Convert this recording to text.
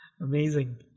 Amazing